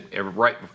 right